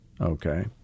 okay